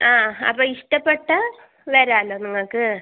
ആ അപ്പോൾ ഇഷ്ടപ്പെട്ട വരാലോ നിങ്ങൾക്ക്